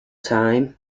time